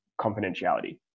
confidentiality